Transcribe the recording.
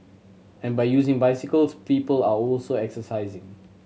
and by using bicycles people are also exercising